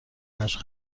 مشق